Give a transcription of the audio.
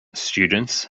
students